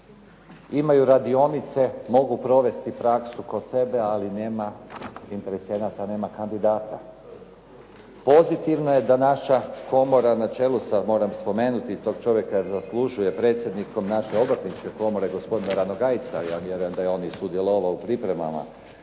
Imaju radionice. Mogu provesti praksu kod sebe, ali nema interesenata, nema kandidata. Pozitivno je da na naša komora na čelu sa moram spomenuti tog čovjeka jer zaslužuje predsjednikom naše Obrtničke komore, gospodina Ranogajca. Ja vjerujem da je on i sudjelovao u pripremama